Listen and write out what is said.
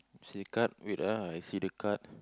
see the card wait ah I see the card